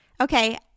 Okay